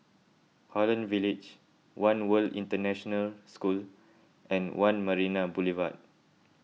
Holland Village one World International School and one Marina Boulevard